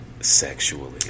sexually